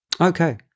Okay